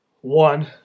One